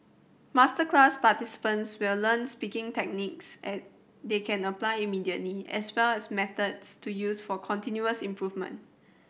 masterclass participants will learn speaking techniques and they can apply immediately as well as methods to use for continuous improvement